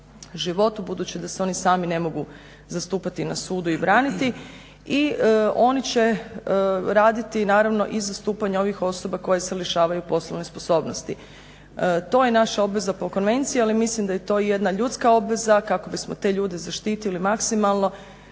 životu, budući da se oni sami ne mogu zastupati na sudu i braniti. I oni će raditi, naravno i zastupanja ovih osoba koje se lišavaju poslovne sposobnosti. To je naša obveza po konvenciji, ali mislim da je to jedna ljudska obveza kako bismo te ljude zaštitili maksimalno,